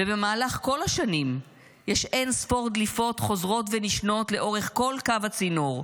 ובמהלך כל השנים יש אין ספור דליפות חוזרות ונשנות לאורך כל קו הצינור,